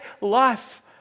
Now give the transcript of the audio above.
life